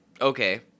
okay